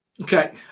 Okay